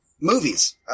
movies